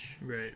right